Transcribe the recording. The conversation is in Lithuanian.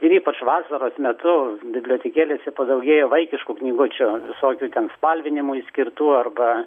ir ypač vasaros metu bibliotekėlėse padaugėja vaikiškų knygučių visokių ten spalvinimui skirtų arba